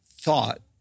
thought